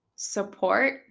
support